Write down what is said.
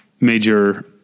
major